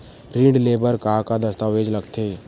ऋण ले बर का का दस्तावेज लगथे?